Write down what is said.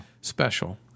special